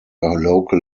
local